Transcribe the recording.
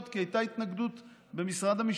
כי הייתה התנגדות במשרד המשפטים.